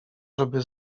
żeby